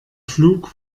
flug